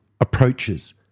approaches